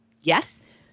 Yes